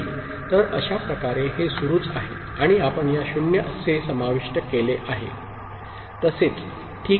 तर अशाप्रकारे हे सुरूच आहे आणि आपण या 0 से समाविष्ट केले आहे तसेच ठीक आहे